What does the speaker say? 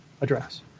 address